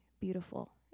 beautiful